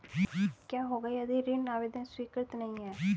क्या होगा यदि ऋण आवेदन स्वीकृत नहीं है?